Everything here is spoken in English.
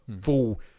full